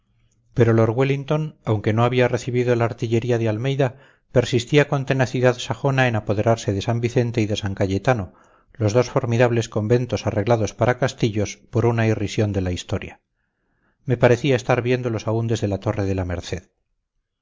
pero wellington aunque no había recibido la artillería de almeida persistía con tenacidad sajona en apoderarse de san vicente y de san cayetano los dos formidables conventos arreglados para castillos por una irrisión de la historia me parecía estar viéndolos aún desde la torre de la merced